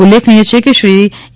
ઉલ્લેખનીય છે કે શ્રી એ